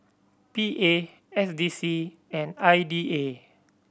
P A S D C and I D A